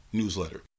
newsletter